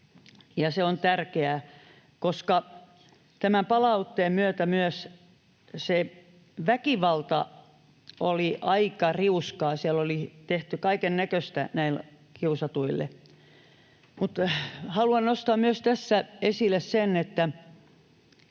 se on tärkeää, koska tämän palautteen myötä tuli myös esille, että se väkivalta oli aika rius-kaa. Siellä oli tehty kaikennäköistä näille kiusatuille. Mutta haluan nostaa tässä esille myös sen, että